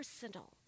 personal